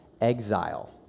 exile